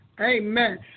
Amen